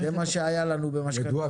זה מה שהיה לנו במשכנתאות.